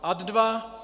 Ad 2.